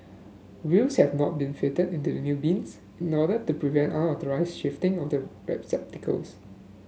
wheels have not been fitted in to the new bins in order to prevent unauthorised shifting of the receptacles